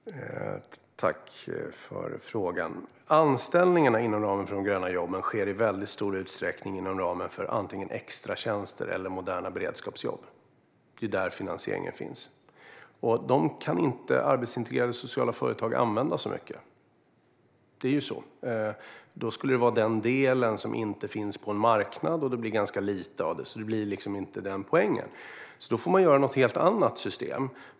Fru talman! Jag tackar för frågan. Anställningarna inom gröna jobb sker i väldigt stor utsträckning inom ramen för antingen extratjänster eller moderna beredskapsjobb. Det är där finansieringen finns, och dem kan de arbetsintegrerande sociala företagen inte använda så mycket. Det är ju så. Då skulle det vara den del som inte finns på en marknad, och det blir ganska lite. Det blir alltså inte den poängen. Därför får man ha något helt annat system.